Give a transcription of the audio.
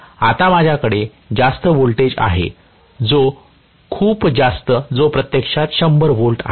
आता माझ्याकडे जास्त व्होल्टेज आहे जो खूप जास्त जो प्रत्यक्षात 100 V आहे